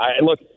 look